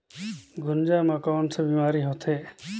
गुनजा मा कौन का बीमारी होथे?